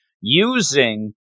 using